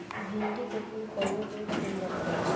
भिन्डी के फूल कौने रोग से मर जाला?